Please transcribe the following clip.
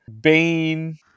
bane